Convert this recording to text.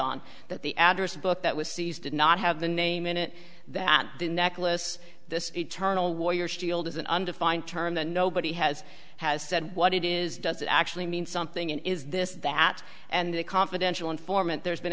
on that the address book that was seized did not have the name in it that the necklace this eternal warrior shield is an undefined term the nobody has has said what it is does it actually mean something is this that and a confidential informant there's been